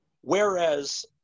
Whereas